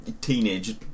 teenage